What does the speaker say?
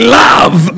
love